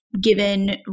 given